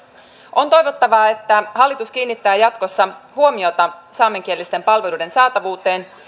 on toivottavaa että hallitus kiinnittää jatkossa huomiota saamenkielisten palveluiden saatavuuteen